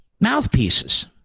Mouthpieces